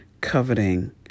coveting